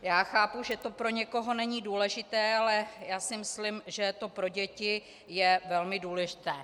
Já chápu, že to pro někoho není důležité, ale já si myslím, že pro děti to je velmi důležité.